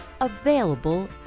available